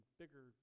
bigger